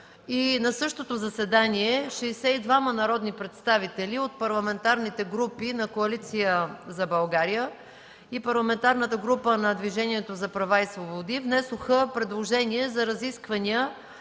На същото заседание 62-ма народни представители от парламентарната група на Коалиция за България и парламентарната група на Движението за права и свободи внесоха предложение за разисквания